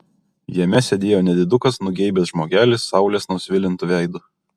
jame sėdėjo nedidukas nugeibęs žmogelis saulės nusvilintu veidu